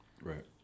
right